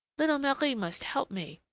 little marie must help me.